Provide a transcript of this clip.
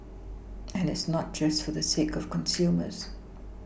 and it's not just for the sake of consumers